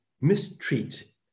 mistreat